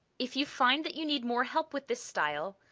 if you find that you need more help with this style,